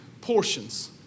portions